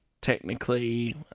technically